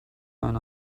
eine